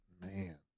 man